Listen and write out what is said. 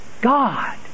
God